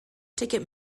ticket